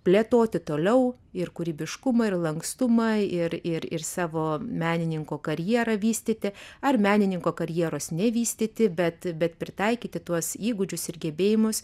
plėtoti toliau ir kūrybiškumą ir lankstumą ir ir ir savo menininko karjerą vystyti ar menininko karjeros nevystyti bet bet pritaikyti tuos įgūdžius ir gebėjimus